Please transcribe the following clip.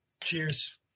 Cheers